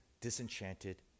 disenchanted